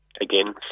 Again